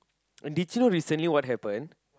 did you know recently what happened